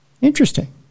Interesting